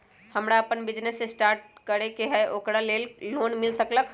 हमरा अपन business start करे के है ओकरा लेल लोन मिल सकलक ह?